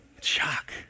Shock